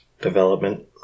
development